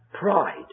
Pride